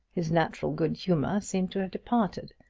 his natural good humor seemed to have departed.